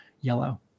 yellow